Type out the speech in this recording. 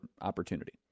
opportunity